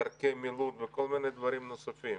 דרכי מילוט וכל מיני דברים נוספים.